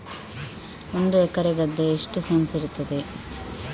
ಒಂದು ಎಕರೆ ಗದ್ದೆ ಎಷ್ಟು ಸೆಂಟ್ಸ್ ಇರುತ್ತದೆ?